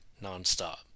nonstop